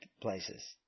places